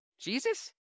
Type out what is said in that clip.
Jesus